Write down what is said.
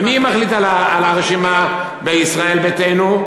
ומי מחליט על הרשימה בישראל ביתנו?